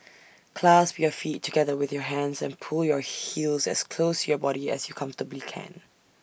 clasp your feet together with your hands and pull your heels as close to your body as you comfortably can